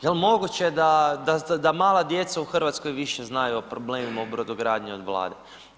Jel moguće da mala djeca u Hrvatskoj više znaju o problemima u brodogradnji od Vlade?